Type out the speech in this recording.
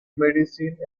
medicine